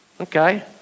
Okay